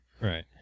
right